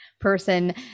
person